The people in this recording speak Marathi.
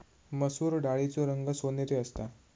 मसुर डाळीचो रंग सोनेरी असता